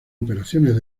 operaciones